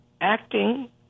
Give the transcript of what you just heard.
acting